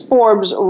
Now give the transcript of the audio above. Forbes